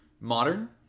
modern